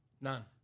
None